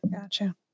Gotcha